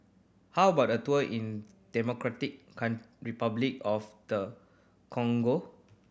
how about a tour in Democratic Republic of the Congo